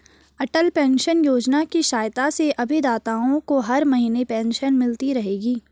अटल pension Yojana की सहायता से अभिदाताओं को हर महीने पेंशन मिलती रहेगी